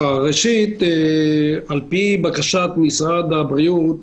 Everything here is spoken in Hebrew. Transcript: ראשית, לפי בקשת משרד הבריאות,